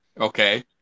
Okay